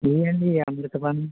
ఇవి అండి అమృతపాణి